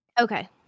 Okay